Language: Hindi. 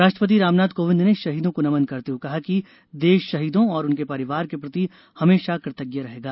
राष्ट्रपति रामनाथ कोविंद ने शहीदों को नमन करते हुए कहा कि देश शहीदों और उनके परिवार के प्रति हमेंशा कृतज्ञ रहेगा